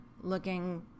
looking